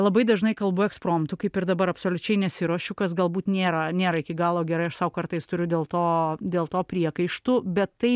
labai dažnai kalbu ekspromtu kaip ir dabar absoliučiai nesiruošiu kas galbūt nėra nėra iki galo gerai aš sau kartais turiu dėl to dėl to priekaištų bet tai